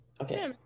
Okay